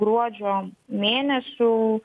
gruodžio mėnesių